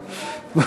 ברור.